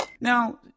Now